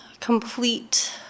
complete